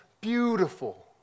beautiful